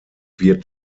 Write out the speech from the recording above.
wird